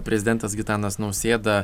prezidentas gitanas nausėda